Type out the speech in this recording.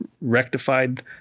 rectified